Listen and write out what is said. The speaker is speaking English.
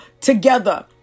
together